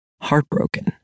Heartbroken